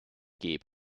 geb